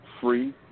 free